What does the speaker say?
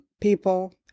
people